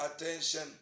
attention